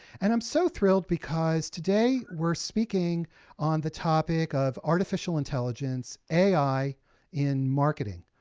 and i'm so thrilled, because today, we're speaking on the topic of artificial intelligence ai in marketing.